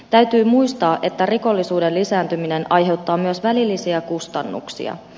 täytyy muistaa että rikollisuuden lisääntyminen aiheuttaa myös välillisiä kustannuksia